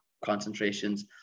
concentrations